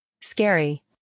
Scary